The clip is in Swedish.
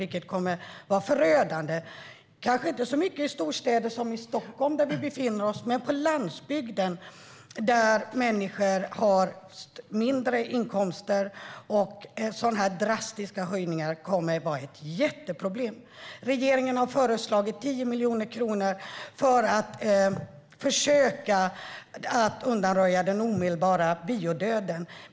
Det kommer att bli förödande - kanske inte så mycket i storstäder som Stockholm där vi befinner oss. Men på landsbygden, där människor har lägre inkomster, kommer en sådan drastisk höjning att bli ett jätteproblem. Regeringen har föreslagit att man med hjälp av 10 miljoner kronor ska försöka undvika den omedelbara biodöden.